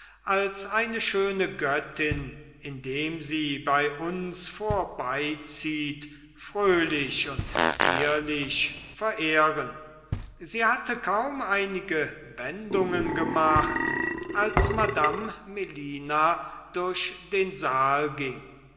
als eine schöne göttin indem sie bei uns vorbeizieht fröhlich und zierlich verehren sie hatten kaum einige wendungen gemacht als madame melina durch den saal ging